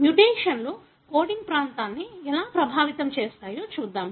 మ్యుటేషన్లు coding ప్రాంతాన్ని ఎలా ప్రభావితం చేస్తాయో చూద్దాం